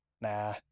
Nah